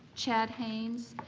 chad haynes,